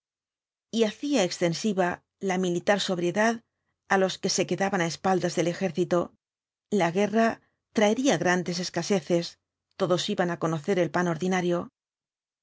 y hacía extensiva la militar sobriedad á los que se quedaban á espaldas del ejército la guerra traería grandes escaseces todos iban á conocer el pan ordinario